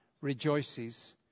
rejoices